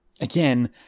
Again